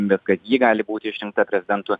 bet kad ji gali būti išrinkta prezidentu